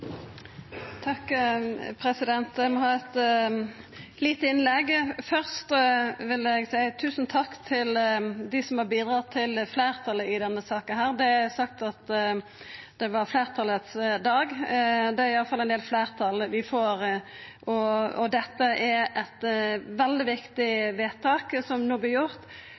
Eg må ha eit lite innlegg. Først vil eg seia tusen takk til dei som har bidratt til fleirtalet i denne saka. Det vart sagt at det var fleirtalets dag – det er i alle fall ein del fleirtal vi får – og det er eit veldig viktig vedtak som no vert gjort